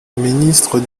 ministre